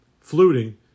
Fluting